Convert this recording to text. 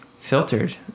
filtered